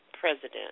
president